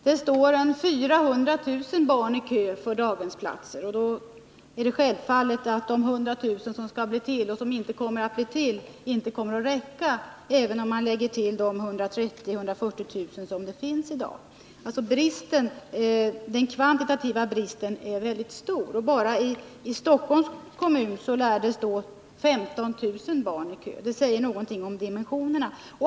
Det står ca 400 000 barn i kö för daghemsplatser. Därför är det självklart att de 100 000 platser som skulle bli till — men som kanske inte blir byggda t.o.m. år 1981 — inte kommer att räcka även om man lägger till de 130 000-140 000 platser som finns i dag. Den kvantitativa bristen är mycket stor. Enbart i Stockholms kommun lär 15 000 barn stå i kö. Det säger någonting om dimensionerna.